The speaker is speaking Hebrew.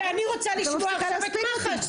-- ואני רוצה לשמוע גם את מח"ש.